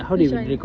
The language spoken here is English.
which one